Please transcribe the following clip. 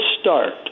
start